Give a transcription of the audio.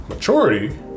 Maturity